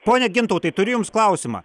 pone gintautai turiu jums klausimą